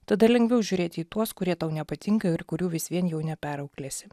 tada lengviau žiūrėti į tuos kurie tau nepatinka ir kurių vis vien jau neperauklėsi